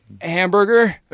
Hamburger